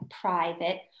private